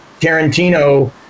Tarantino